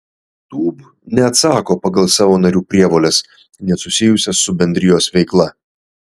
tūb neatsako pagal savo narių prievoles nesusijusias su bendrijos veikla